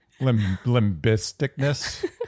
Limbisticness